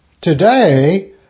Today